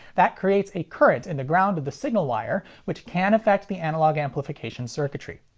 that creates a current in the ground of the signal wire which can affect the analog amplification circuitry.